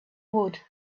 would